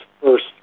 first